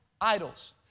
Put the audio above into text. idols